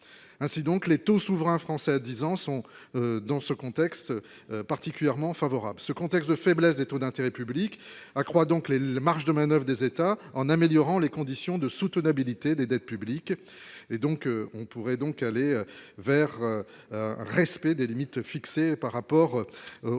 ainsi donc les taux souverains français à 10 ans sont dans ce contexte particulièrement favorable, ce contexte de faiblesse des taux d'intérêt public accroît donc les les marges de manoeuvre et des États, en améliorant les conditions de soutenabilité des dettes publiques et donc on pourrait donc aller vers, respect des limites fixées par rapport au PIB pour le déficit public,